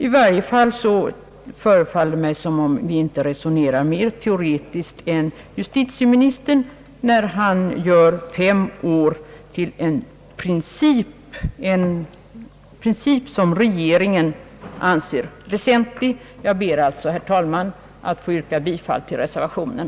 I varje fall förefaller det mig som om vi inte resonerar mer teoretiskt än justitieministern när han gör femårsgränsen till en princip, en princip som regeringen anser väsentlig. Jag ber alltså, herr talman, att få yrka bifall till reservationen.